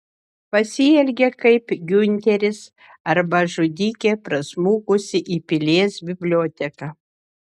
pasielgė kaip giunteris arba žudikė prasmukusi į pilies biblioteką